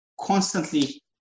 constantly